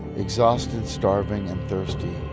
exhausted, starving and thirsty,